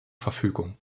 verfügung